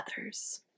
others